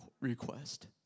request